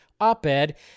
op-ed